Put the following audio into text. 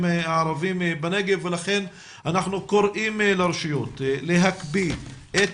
הערבים בנגב ולכן אנחנו קוראים לרשויות להקפיא את